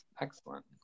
Excellent